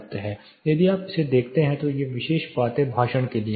यदि आप इस तरफ देखते हैं तो ये विशेष बातें भाषण के लिए हैं